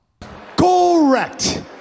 Correct